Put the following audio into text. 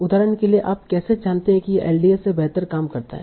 उदाहरण के लिए आप कैसे जानते हैं कि यह एलडीए से बेहतर काम करता है